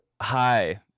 hi